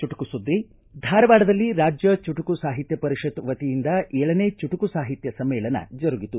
ಚುಟುಕು ಸುದ್ದಿ ಧಾರವಾಡದಲ್ಲಿ ರಾಜ್ಯ ಚುಟುಕು ಸಾಹಿತ್ಯ ಪರಿಷತ್ ವತಿಯಿಂದ ಏಳನೇ ಚುಟುಕು ಸಾಹಿತ್ಯ ಸಮ್ಮೇಳನ ಜರುಗಿತು